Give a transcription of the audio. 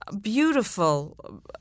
beautiful